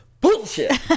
bullshit